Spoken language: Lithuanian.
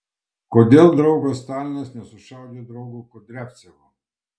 kodėl draugas stalinas nesušaudė draugo kudriavcevo